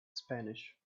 spanish